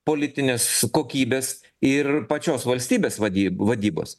politinės kokybės ir pačios valstybės vadyb vadybos